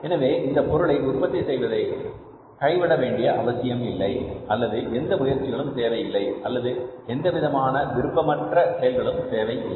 எனவே இந்த பொருளை உற்பத்தி செய்வதை கைவிட வேண்டிய அவசியமில்லை அல்லது எந்தவித முயற்சிகளும் தேவையில்லை அல்லது எந்தவிதமான விருப்பமற்ற செயல்களும் தேவையில்லை